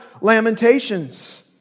Lamentations